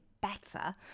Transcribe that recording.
better